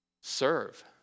Serve